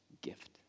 gift